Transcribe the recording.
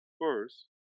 First